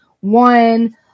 one